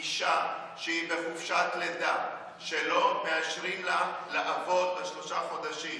אישה שהיא בחופשת לידה שלא מאשרים לה לעבוד שלושה חודשים,